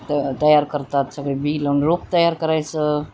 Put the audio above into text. त तयार करतात सगळे बी लावून रोग तयार करायचं